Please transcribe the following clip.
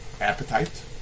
appetite